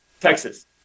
Texas